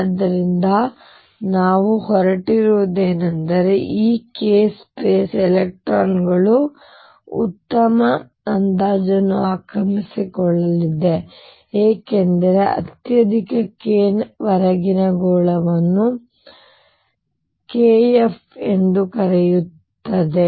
ಆದ್ದರಿಂದ ನಾವು ಹೊರಟಿರುವುದೇನೆಂದರೆ ಈ k ಸ್ಪೇಸ್ ಎಲೆಕ್ಟ್ರಾನ್ಗಳು ಉತ್ತಮ ಅಂದಾಜನ್ನು ಆಕ್ರಮಿಸಿಕೊಳ್ಳಲಿವೆ ಏಕೆಂದರೆ ಅತ್ಯಧಿಕ k ವರೆಗಿನ ಗೋಳವನ್ನು k Fermi ಎಂದೂ ಕರೆಯುತ್ತಾರೆ